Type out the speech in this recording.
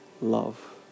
love